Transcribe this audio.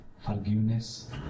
forgiveness